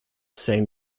same